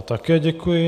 Také děkuji.